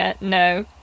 No